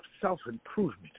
self-improvement